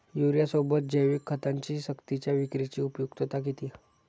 युरियासोबत जैविक खतांची सक्तीच्या विक्रीची उपयुक्तता किती?